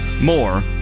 more